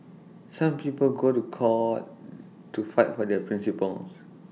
some people go to court to fight for their principles